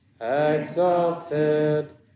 exalted